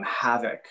havoc